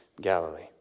Galilee